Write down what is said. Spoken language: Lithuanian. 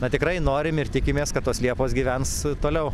na tikrai norim ir tikimės kad tos liepos gyvens toliau